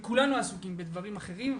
וכולנו עסוקים בדברים אחרים.